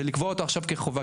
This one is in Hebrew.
זה לקבוע אותו עכשיו כחובה,